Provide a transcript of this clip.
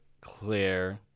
clear